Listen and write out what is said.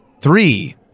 Three